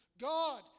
God